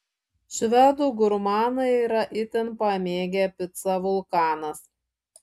švedų gurmanai yra itin pamėgę picą vulkanas